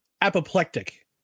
apoplectic